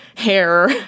hair